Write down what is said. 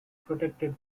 protected